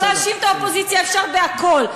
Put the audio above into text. להאשים את האופוזיציה אפשר בכול.